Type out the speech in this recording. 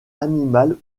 animale